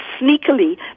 sneakily